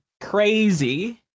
crazy